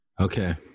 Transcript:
Okay